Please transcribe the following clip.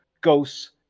ghosts